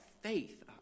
faith